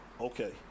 Okay